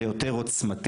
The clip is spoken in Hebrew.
זה יותר עוצמתי.